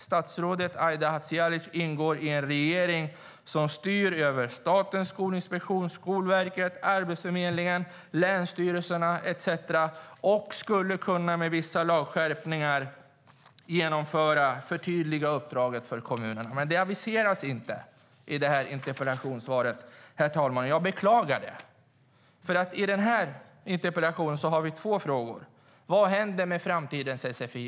Statsrådet Aida Hadzialic ingår i en regering som styr över Skolinspektionen, Skolverket, Arbetsförmedlingen, länsstyrelserna etcetera, och hon skulle med vissa lagskärpningar kunna förtydliga uppdraget för kommunerna. Men det aviseras inte i interpellationssvaret. Jag beklagar det.I den här interpellationen har vi två frågor. Den första är: Vad händer med framtidens sfi?